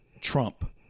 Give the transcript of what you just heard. Trump